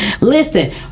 listen